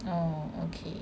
oh okay